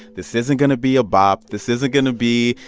this isn't going to be a bop. this isn't going to be,